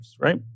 right